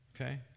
okay